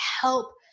help